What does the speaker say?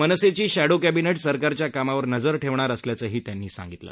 मनसेची shadow cabinet सरकारच्या कामावर नजर ठेवणार असल्याचंही त्यांनी सांगितलं